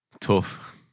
Tough